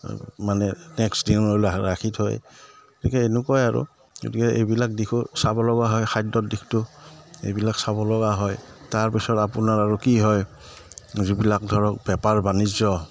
মানে নেক্সট দিনলৈ ৰাখি থয় গতিকে এনেকুৱাই আৰু গতিকে এইবিলাক দিশো চাব লগা হয় খাদ্যৰ দিশটো এইবিলাক চাব লগা হয় তাৰপিছত আপোনাৰ আৰু কি হয় যিবিলাক ধৰক বেপাৰ বাণিজ্য